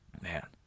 Man